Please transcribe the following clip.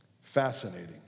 Fascinating